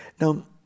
Now